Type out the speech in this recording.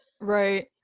Right